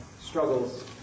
struggles